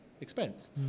expense